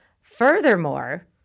Furthermore